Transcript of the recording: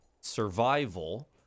survival